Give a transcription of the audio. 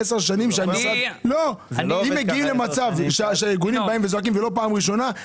אם מגיעים למצב שהארגונים באים וצועקים ולא פעם ראשונה,